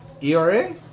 ERA